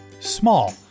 Small